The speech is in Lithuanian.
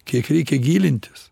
kiek reikia gilintis